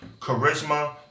charisma